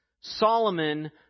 Solomon